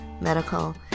medical